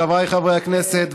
חבריי חברי הכנסת,